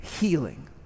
healing